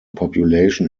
population